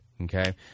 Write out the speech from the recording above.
Okay